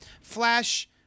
Flash